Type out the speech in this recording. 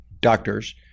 doctors